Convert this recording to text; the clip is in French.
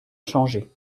changé